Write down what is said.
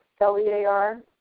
L-E-A-R